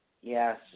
Yes